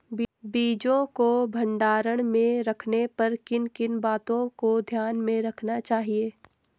बीजों को भंडारण में रखने पर किन किन बातों को ध्यान में रखना चाहिए?